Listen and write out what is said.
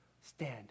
stand